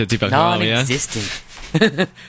Non-existent